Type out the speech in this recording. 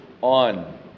on